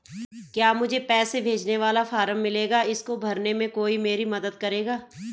क्या मुझे पैसे भेजने वाला फॉर्म मिलेगा इसको भरने में कोई मेरी मदद करेगा?